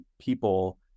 people